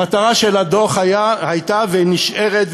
המטרה של הדוח הייתה ונשארת,